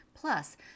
Plus